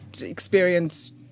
experience